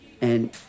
And-